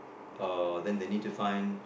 uh then they need to find